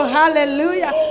hallelujah